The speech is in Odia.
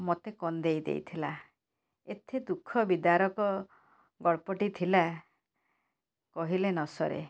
ମୋତେ କନ୍ଦାଇ ଦେଇଥିଲା ଏତେ ଦୁଃଖ ବିଦାରକ ଗଳ୍ପଟି ଥିଲା କହିଲେ ନସରେ